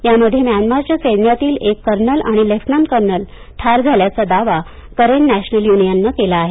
यामध्ये म्यानमाच्या सैन्यातील एक कर्नल आणि लेफ्टनंट कर्नल ठार झाल्याचा दावा करेन नॅशनल युनियननं केला आहे